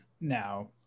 now